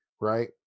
right